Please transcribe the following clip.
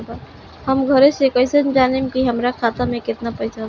हम घरे से कैसे जानम की हमरा खाता मे केतना पैसा बा?